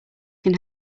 can